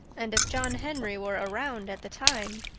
and if john henry were around at the time,